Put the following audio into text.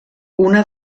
una